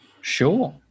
Sure